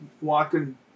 walking